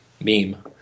meme